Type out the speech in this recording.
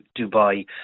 Dubai